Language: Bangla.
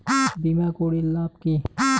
বিমা করির লাভ কি?